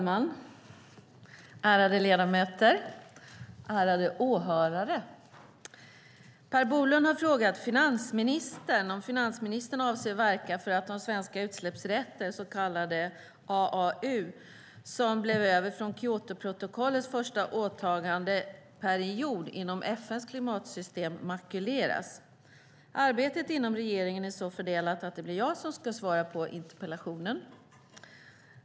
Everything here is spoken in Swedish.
Herr talman! Per Bolund har frågat finansministern om han avser att verka för att de svenska utsläppsrätter, så kallade AAU:er, som blev över från Kyotoprotokollets första åtagandeperiod inom FN:s klimatsystem makuleras. Arbetet inom regeringen är så fördelat att det är jag som ska svara på interpellationen.